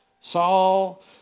Saul